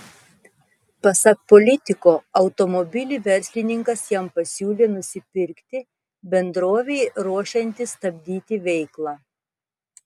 pasak politiko automobilį verslininkas jam pasiūlė nusipirkti bendrovei ruošiantis stabdyti veiklą